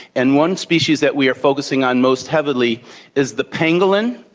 and one species that we are focusing on most heavily is the pangolin.